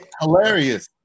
hilarious